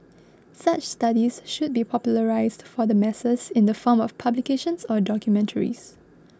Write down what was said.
such studies should be popularised for the masses in the form of publications or documentaries